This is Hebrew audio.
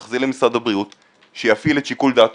נחזיר למשרד הבריאות שיפעיל את שיקול דעתו